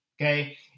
Okay